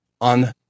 on